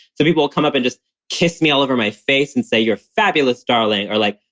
so people come up and just kiss me all over my face and say, you're fabulous, darling. or like,